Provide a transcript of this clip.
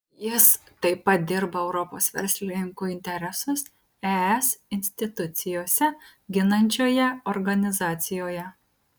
jis taip pat dirba europos verslininkų interesus es institucijose ginančioje organizacijoje